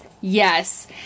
yes